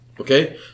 Okay